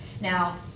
Now